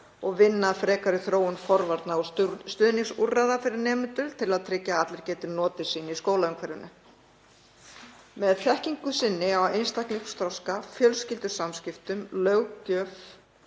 og vinna að frekari þróun forvarna- og stuðningsúrræða fyrir nemendur til að tryggja að allir geti notið sín í skólaumhverfinu. Með þekkingu sinni á einstaklingsþroska, fjölskyldusamskiptum, löggjöf,